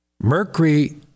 Mercury